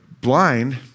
blind